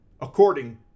According